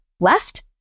left